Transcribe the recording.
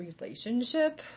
relationship